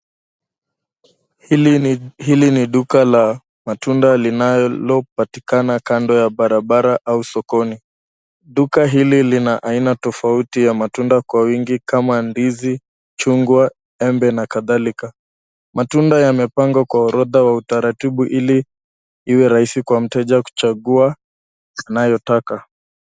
Hili ni duka la matunda linalopatikana kando ya barabara au sokoni. Duka hili lina aina tofauti ya matunda kwa wingi kama ndizi, chungwa, embe na kadhalika. Matunda yamepangwa kwa orodha wa utaratibu ili iwe rahisi kwa mteja kuchagua anayoyataka.